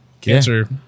Cancer